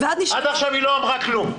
עד עכשיו היא לא אמרה כלום.